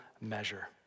measure